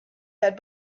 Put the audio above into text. had